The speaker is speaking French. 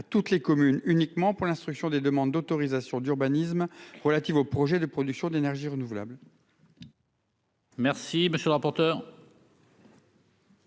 à toutes les communes, uniquement pour l'instruction des demandes d'autorisation d'urbanisme relatives aux projets de production d'énergie renouvelable.